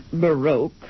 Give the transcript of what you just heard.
baroque